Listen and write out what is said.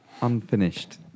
unfinished